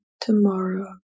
tomorrow